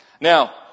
Now